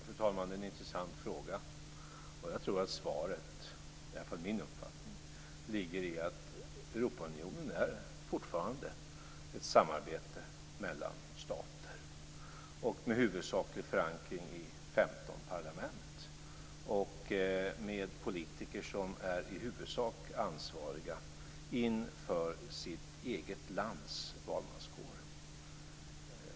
Fru talman! Det är en intressant fråga. Jag tror att svaret - det är i alla fall min uppfattning - är att Europaunionen fortfarande är ett samarbete mellan stater och med huvudsaklig förankring i 15 parlament och med politiker som i huvudsak är ansvariga inför sitt eget lands valmanskår.